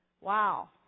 Wow